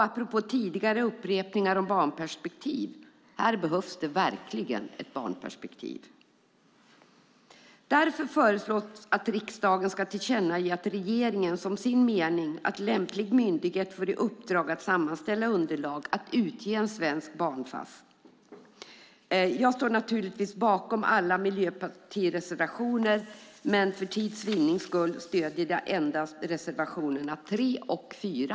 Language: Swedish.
Apropå tidigare upprepningar om barnperspektiv: Här behövs det verkligen ett barnperspektiv! Därför föreslås att riksdagen ska tillkännage till regeringen som sin mening att lämplig myndighet får i uppdrag att sammanställa underlag och utge en svensk barn-Fass. Jag står naturligtvis bakom alla Miljöpartiets reservationer, men för tids vinnings skull stöder jag endast reservationerna 3 och 4.